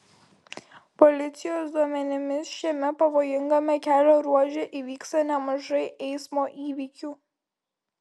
policijos duomenimis šiame pavojingame kelio ruože įvyksta nemažai eismo įvykių